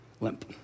limp